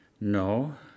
no